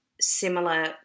similar